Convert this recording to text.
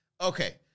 Okay